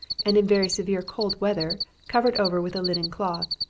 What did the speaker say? and in very severe cold weather covered over with a linen cloth.